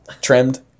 trimmed